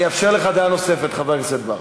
אני אאפשר לך דעה נוספת, חבר הכנסת בר.